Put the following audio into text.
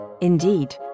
Indeed